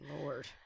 Lord